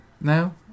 now